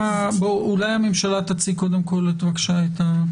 אולי הממשלה תציג קודם כול את הסעיף.